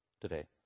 today